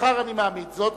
מחר אני מעמיד זאת,